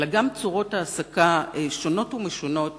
אלא גם צורות העסקה שונות ומשונות